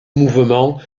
mouvement